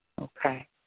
Okay